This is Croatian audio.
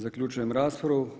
Zaključujem raspravu.